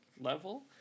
level